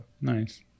Nice